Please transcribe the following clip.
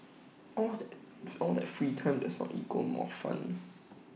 all that all that free time does not equal more fun